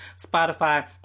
Spotify